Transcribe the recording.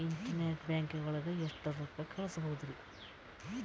Internet banking ಒಳಗೆ ಎಷ್ಟ್ ರೊಕ್ಕ ಕಲ್ಸ್ಬೋದ್ ರಿ?